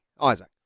Isaac